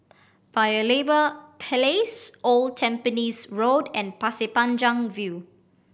Paya Lebar Place Old Tampines Road and Pasir Panjang View